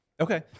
Okay